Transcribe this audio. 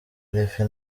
perefe